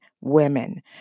women